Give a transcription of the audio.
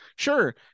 Sure